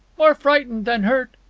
more frightened than hurt.